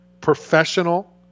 professional